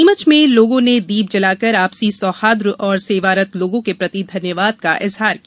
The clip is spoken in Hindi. नीमच में लोगों ने दीप जलाकर आपसी सौंहार्द और सेवारत लोगों के प्रति धन्यवाद का इजहार किया